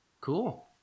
cool